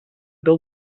build